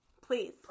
please